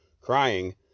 crying